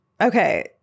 okay